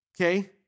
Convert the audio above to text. okay